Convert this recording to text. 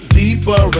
deeper